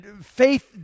faith